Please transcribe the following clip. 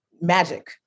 magic